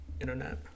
internet